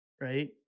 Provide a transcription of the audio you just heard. right